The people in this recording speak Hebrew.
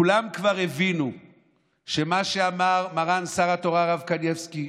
כולם כבר הבינו מה שאמר מרן שר התורה הרב קנייבסקי,